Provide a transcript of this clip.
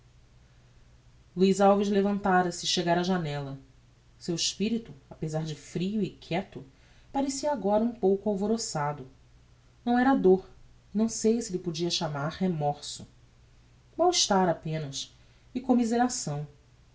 luiz alves lavantara se e chegara á janella seu espirito apezar de frio e quieto parecia agora um pouco alvoroçado não era dor e não sei se lhe podia chamar remorso mau estar apenas e commiseração